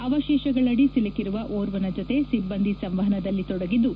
ಅವಶೇಷಗಳಡಿ ಸಿಲುಕಿರುವ ಓರ್ವನ ಜೊತೆ ಸಿಬ್ಬಂದಿ ಸಂವಹನದಲ್ಲಿ ತೊಡಗಿದ್ದು